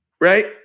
right